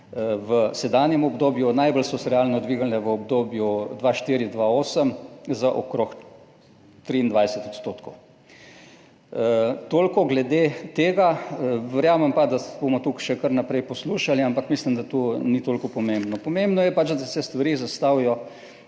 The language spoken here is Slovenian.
v sedanjem obdobju. Najbolj so se realno dvignile v obdobju 2004–2008, in sicer za okrog 23 odstotkov. Toliko glede tega. Verjamem pa, da bomo tukaj še kar naprej poslušali, ampak mislim, da to ni toliko pomembno. Pomembno je pač, da se stvari zastavijo